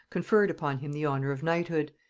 conferred upon him the honor of knighthood,